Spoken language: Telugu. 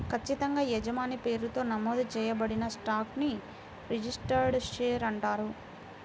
ఖచ్చితంగా యజమాని పేరుతో నమోదు చేయబడిన స్టాక్ ని రిజిస్టర్డ్ షేర్ అంటారు